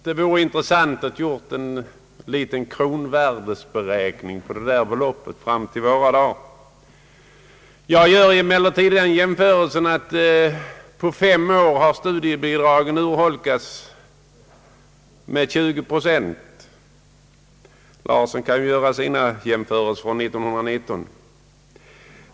Det vore iniressant att göra en liten penningvärdesberäkning på det där beloppet fram till våra dagar, men jag gör i stället den jämförelsen att på fem år har studiebidragen urholkats med 20 procent. Herr Larsson kan ju göra sina jämföreiser med utgångspunkt från år 1919.